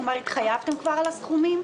התחייבתם כבר על הסכומים?